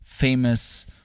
famous